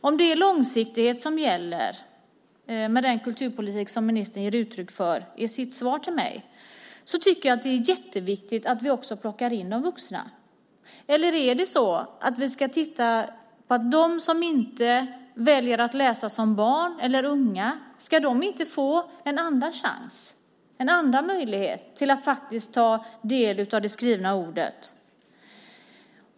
Om det är långsiktighet som gäller i den kulturpolitik som ministern ger uttryck för i sitt svar till mig tycker jag att det är jätteviktigt att vi också plockar in de vuxna. Eller är det så att de som inte väljer att läsa som barn eller unga inte heller ska få en andra chans, en andra möjlighet att faktiskt ta del av det skrivna ordet?